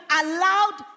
allowed